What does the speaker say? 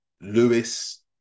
Lewis